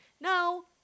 No